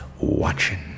watching